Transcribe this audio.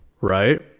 right